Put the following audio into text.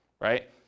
right